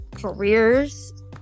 careers